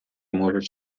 можеш